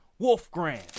Wolfgram